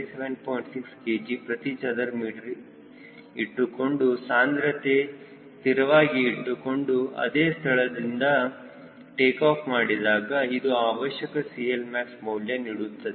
6 kg ಪ್ರತಿ ಚದರ metre ಇಟ್ಟುಕೊಂಡು ಸಾಂದ್ರತೆ ಸ್ಥಿರವಾಗಿ ಇಟ್ಟುಕೊಂಡು ಅದೇ ಸ್ಥಳದಿಂದ ಟೇಕಾಫ್ ಮಾಡಿದಾಗ ಅದು ಅವಶ್ಯಕ CLmax ಮೌಲ್ಯ ನೀಡುತ್ತದೆ